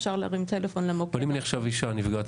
אפשר להרים טלפון למוקד --- אבל אם אני עכשיו אישה נפגעת